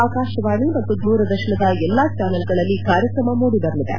ಆಕಾಶವಾಣಿ ಮತ್ತು ದೂರದರ್ಶನದ ಎಲ್ಲಾ ಚಾನೆಲ್ಗಳಲ್ಲಿ ಕಾರ್ಯಕ್ರಮ ಮೂಡಿಬರಲಿದೆ